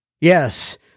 Yes